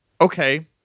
Okay